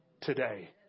today